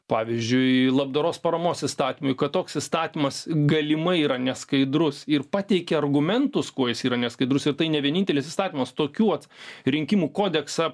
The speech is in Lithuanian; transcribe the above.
pavyzdžiui labdaros paramos įstatymui kad toks įstatymas galimai yra neskaidrus ir pateikia argumentus kuo jis yra neskaidrus ir tai ne vienintelis įstatymas tokių vat rinkimų kodeksą